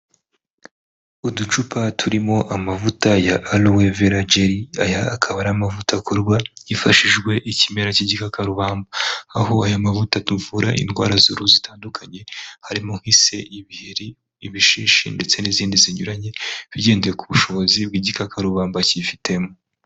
Uducupa turimo amavuta ya allowe vera geri aya akaba ari amavuta akorwa hifashijwe ikimera cy'ikakarubamba aho aya mavuta tuvura indwara zihu zitandukanye harimo nk'ise, ibiheri, ibishishi ndetse n'izindi zinyuranye tugendeye ku bushobozi bw'igikakarubamba cyifitemo.